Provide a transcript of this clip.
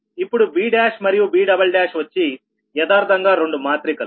ఇప్పుడు BమరియుBవచ్చి యదార్ధంగా రెండు మాత్రికలు